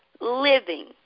living